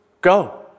Go